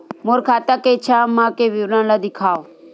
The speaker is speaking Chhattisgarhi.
मोर खाता के छः माह के विवरण ल दिखाव?